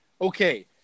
Okay